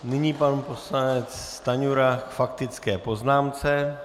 Nyní pan poslanec Stanjura k faktické poznámce.